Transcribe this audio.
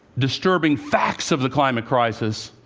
disturbing facts of the climate crisis